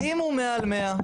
אם הוא מעל 100,